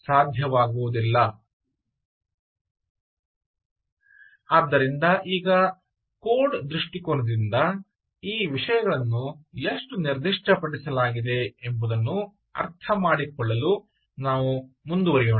ಆದ್ದರಿಂದ ಈಗ ಕೋಡ್ ದೃಷ್ಟಿಕೋನದಿಂದ ಈ ವಿಷಯಗಳನ್ನು ಎಷ್ಟು ನಿರ್ದಿಷ್ಟಪಡಿಸಲಾಗಿದೆ ಎಂಬುದನ್ನು ಅರ್ಥಮಾಡಿಕೊಳ್ಳಲು ನಾವು ಮುಂದುವರಿಯೋಣ